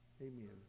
Amen